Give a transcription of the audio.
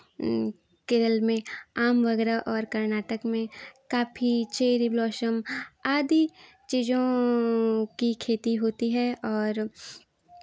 केरल में आम वगैरह और कर्नाटक में काफी चेरी ब्लॉशम आदि चीज़ों की खेती होती है और